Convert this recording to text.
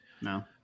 No